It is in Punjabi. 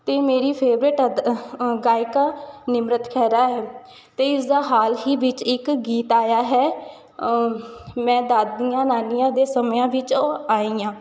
ਅਤੇ ਮੇਰੀ ਫੇਵਰੇਟ ਅਦਾ ਗਾਇਕਾ ਨਿਮਰਤ ਖੈਰਾ ਹੈ ਅਤੇ ਇਸਦਾ ਹਾਲ ਹੀ ਵਿੱਚ ਇੱਕ ਗੀਤ ਆਇਆ ਹੈ ਮੈਂ ਦਾਦੀਆਂ ਨਾਨੀਆਂ ਦੇ ਸਮਿਆਂ ਵਿੱਚੋਂ ਆਈ ਹਾਂ